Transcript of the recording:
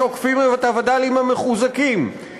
שעוקפים את הווד"לים המחוזקים,